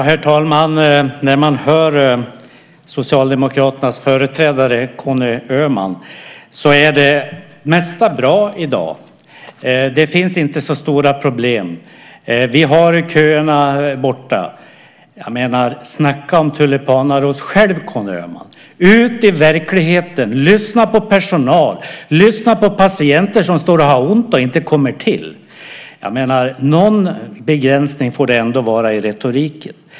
Herr talman! När man hör Socialdemokraternas företrädare Conny Öhman är det mesta bra i dag. Det finns inte så stora problem. Köerna är borta. Snacka om tulipanaros, Conny Öhman. Gå ut i verkligheten, lyssna på personal, lyssna på patienter som har ont men som inte får vård! Någon begränsning får det ändå vara i retoriken.